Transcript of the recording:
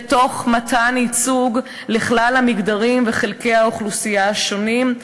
ותוך מתן ייצוג לכלל המגדרים וחלקי האוכלוסייה השונים,